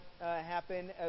happen